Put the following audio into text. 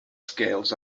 scales